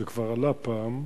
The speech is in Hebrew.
זה כבר עלה פעם,